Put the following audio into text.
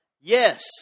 Yes